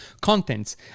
contents